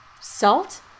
Salt